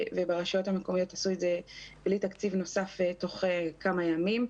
וברשויות המקומיות עשו את זה בלי תקציב נוסף תוך כמה ימים.